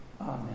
Amen